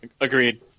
agreed